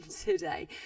today